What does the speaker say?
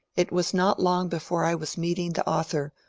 it was not long before i was meeting the author,